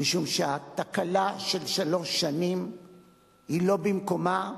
משום שהתקלה של שלוש שנים היא לא במקומה,